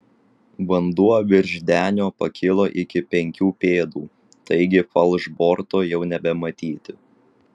vanduo virš denio pakilo iki penkių pėdų taigi falšborto jau nebematyti